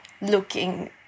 looking